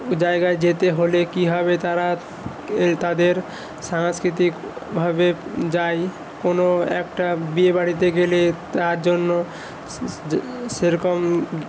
জায়গায় যেতে হলে কীভাবে তারা এ তাদের সাংস্কৃতিকভাবে যায় কোনো একটা বিয়ে বাড়িতে গেলে তার জন্য সেরকম